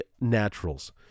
Naturals